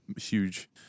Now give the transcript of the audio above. huge